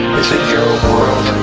your world,